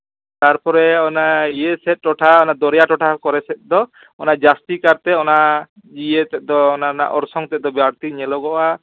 ᱛᱟᱨᱯᱚᱨᱮ ᱚᱱᱮ ᱤᱭᱟᱹ ᱥᱮᱫ ᱴᱚᱴᱷᱟ ᱚᱱᱟ ᱫᱚᱨᱭᱟ ᱴᱚᱴᱷᱟ ᱠᱚᱨᱮ ᱥᱮᱫ ᱫᱚ ᱚᱱᱟ ᱡᱟᱹᱥᱛᱤ ᱠᱟᱨᱛᱮ ᱚᱱᱟ ᱤᱭᱟᱹ ᱛᱮᱫ ᱫᱚ ᱚᱱᱟ ᱨᱮᱱᱟᱜ ᱚᱨᱥᱚᱝ ᱛᱮᱫ ᱫᱚ ᱵᱟᱹᱲᱛᱤ ᱧᱮᱞᱚᱜᱚᱜᱼᱟ